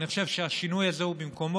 אני חושב שהשינוי הזה הוא במקומו,